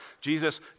Jesus